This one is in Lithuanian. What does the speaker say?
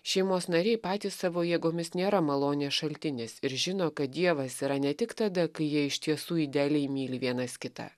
šeimos nariai patys savo jėgomis nėra malonės šaltinis ir žino kad dievas yra ne tik tada kai jie iš tiesų idealiai myli vienas kitą